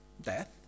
Death